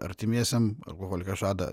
artimiesiem alkoholikas žada